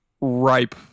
ripe